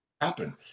happen